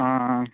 ᱦᱚᱸᱻ